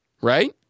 right